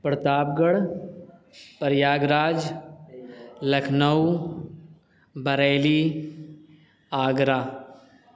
پڑتاب Garh Prayagraj Lucknow Bareilly Agra